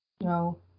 No